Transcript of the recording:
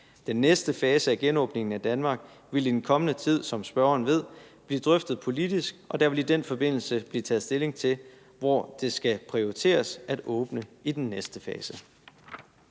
Den næste fase af genåbningen af Danmark vil i den kommende tid, som spørgeren ved, blive drøftet politisk, og der vil i den forbindelse blive taget stilling til, hvor det skal prioriteres at åbne i den næste fase.